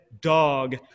dog